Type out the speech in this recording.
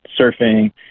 surfing